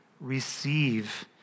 receive